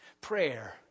Prayer